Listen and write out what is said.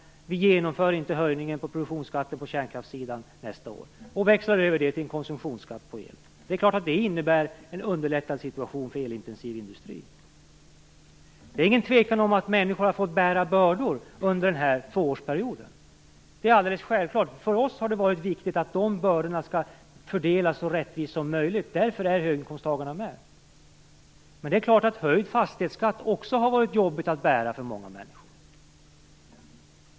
Vi genomför inte höjningen på produktionsskatten på kärnkraftssidan nästa år och växlar över den till en konsumtionsskatt på el. Det innebär en lättnad för elintensiv industri. Det är ingen tvekan om att människorna har fått bära bördor under den här tvåårsperioden. Det är alldeles självklart. För oss har det varit viktigt att bördorna skall fördelas så rättvist som möjligt. Därför är de här höginkomsttagarna med. Höjd fastighetsskatt har också varit jobbig att bära för många människor.